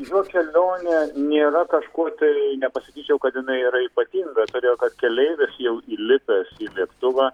juo kelionė nėra kažkuo tai nepasakyčiau kad jinai yra ypatinga todėl kad keleivis jau įlipęs į lėktuvą